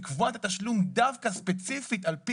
לקבוע את התשלום דווקא ספציפית על פי